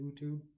YouTube